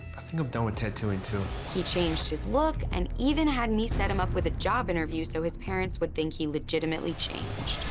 think i'm done with tattooing too. he changed his look, and even had me set him up with a job interview so his parents would think he legitimately changed.